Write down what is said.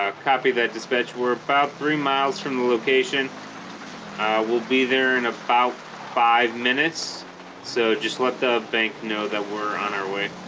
ah copy that dispatch we're about three miles from the location we'll be there in about five minutes so just let the bank know that we're on our way